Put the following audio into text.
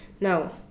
Now